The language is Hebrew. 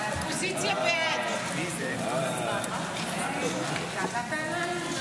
הצעת סיעת יש עתיד להביע אי-אמון בממשלה